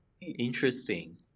Interesting